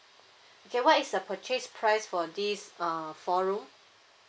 okay what is the purchase price for this uh four room